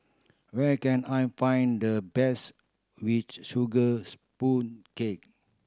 where can I find the best which sugar cake